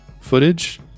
footage